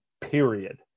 period